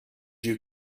you